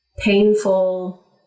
painful